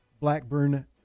Blackburn